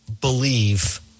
believe